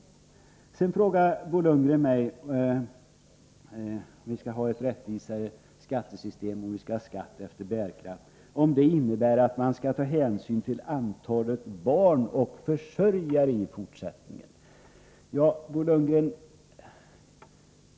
Vidare frågade Bo Lundgren mig om ett rättvisare skattesystem med skatt efter bärkraft innebär att man i fortsättningen skall ta hänsyn till antalet barn och antalet familjeförsörjare.